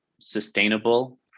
sustainable